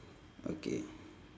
okay